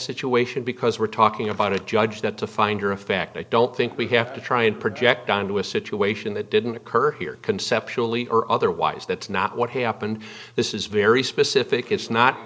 situation because we're talking about a judge that the finder of fact i don't think we have to try and project onto a situation that didn't occur here conceptually or otherwise that's not what happened this is very specific it's not